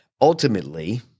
ultimately